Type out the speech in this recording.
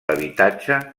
habitatge